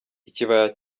ikibaya